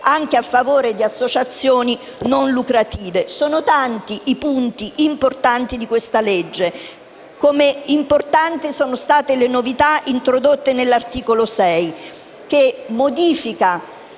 anche a favore di organizzazioni non lucrative. Sono tanto i punti importante di questa legge, come importanti sono state le novità introdotte nell'articolo 6, che modifica